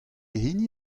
hini